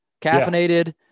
caffeinated